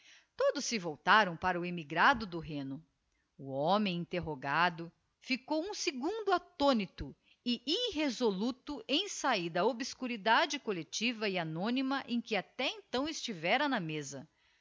todos se voltaram para o emigrado do rheno o homem interrogado ficou um segundo attonito e irresoluto em sahir da obscuridade collectiva e anonyma em que até então estivera na mesa